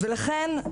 ולכן,